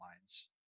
lines